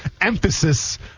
emphasis